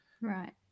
Right